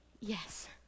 Yes